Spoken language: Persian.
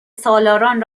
سالاران